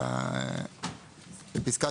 בפסקה